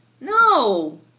No